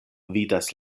vidas